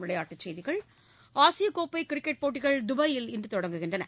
விளையாட்டு செய்திகள் ஆசியக்கோப்பை கிரிக்கெட் போட்டிகள் தபயில் இன்று தொடங்குகின்றன